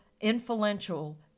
influential